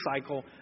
cycle